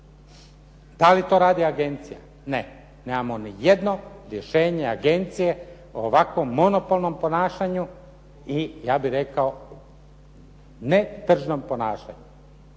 Da li to radi agencija? Ne, nemamo nijedno rješenje agencije o ovako monopolnom ponašanju i ja bih rekao ne tržnom ponašanju.